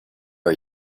are